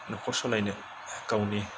न'खर सालायनो गावनि